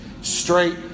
Straight